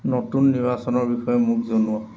নতুন নিৰ্বাচনৰ বিষয়ে মোক জনোৱা